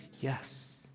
Yes